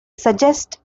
suggest